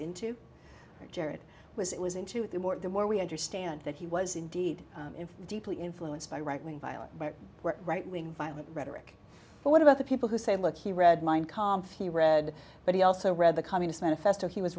it was it was into it the more the more we understand that he was indeed deeply influenced by right wing violent right wing violent rhetoric but what about the people who say look he read mind comfy read but he also read the communist manifesto he was